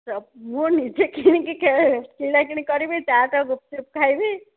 ମୁଁ ନିଜେ କିଣିକି କିଣା କିଣି କରିବି ଚାଟ୍ ଆଉ ଗୁପ୍ ଚୁପ୍ ଖାଇବି